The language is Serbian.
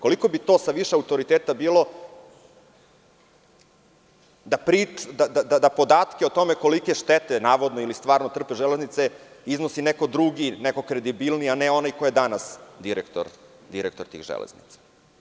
Koliko bi to sa više autoriteta bilo da podatke o tome kolike štete navodno ili stvarno trpe železnice iznosi neko drugi, neko kredibilniji, a ne onaj koji je danas direktor tih železnica.